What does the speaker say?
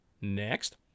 Next